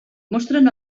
mostren